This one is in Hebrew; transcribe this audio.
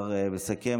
השר מסכם?